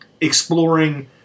exploring